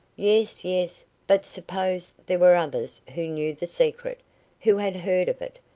yes yes but suppose there were others who knew the secret who had heard of it.